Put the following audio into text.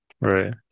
right